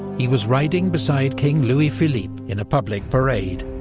he was riding beside king louis philippe in a public parade,